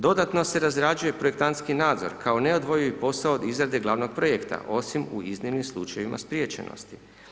Dodatno se razrađuje projektantski nadzor kao neodvojivi posao od izrade glavnog projekta, osim u iznimnim slučajevima spriječenosti.